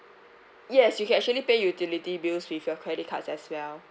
yes you can actually pay utility bills with your credit cards as well